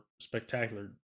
spectacular